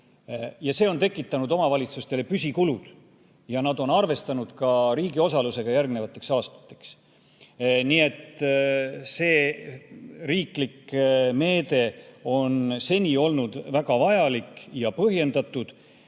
See on tekitanud omavalitsustele püsikulud ja nad on arvestanud ka riigi osalusega järgmistel aastatel. Nii et see riiklik meede on seni olnud väga vajalik ja põhjendatud